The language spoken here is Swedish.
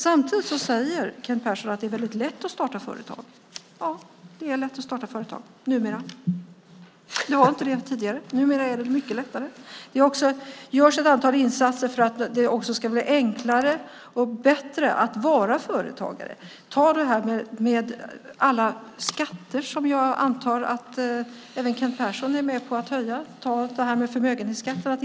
Samtidigt säger Kent Persson att det är väldigt lätt att starta företag. Ja, det är lätt att starta företag numera. Det var inte det tidigare. Numera är det mycket lättare. Det görs också ett antal insatser för att det ska bli enklare och bättre att vara företagare. Ta alla skatter som jag antar att även Kent Persson är med på att höja! Ta införandet av förmögenhetsskatten!